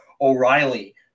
O'Reilly